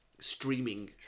streaming